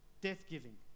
death-giving